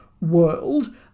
world